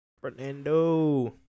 Fernando